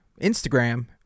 instagram